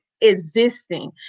existing